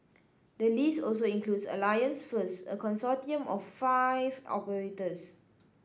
the list also includes Alliance First a consortium of five operators